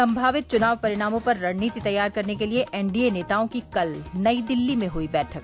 संभावित चुनाव परिणामों पर रणनीति तैयार करने के लिए एनडीए नेताओं की कल नई दिल्ली में हुई बैठक